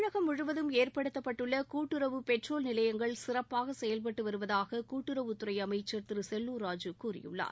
தமிழகம் முழுவதும் ஏற்படுத்தப்பட்டுள்ள கூட்டுறவு பெட்ரோல் நிலையங்கள் சிறப்பாக செயல்பட்டு வருவதாக கூட்டுறவுத்துறை அமைச்சர் திரு செல்லூர் ராஜு கூறியுள்ளார்